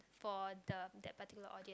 for the that particular audience